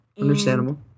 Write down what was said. Understandable